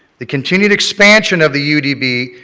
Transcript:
the continued expansion of the u d b.